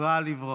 זכרה לברכה.